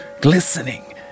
glistening